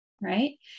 Right